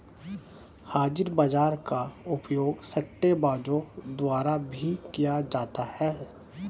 हाजिर बाजार का उपयोग सट्टेबाजों द्वारा भी किया जाता है